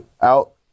out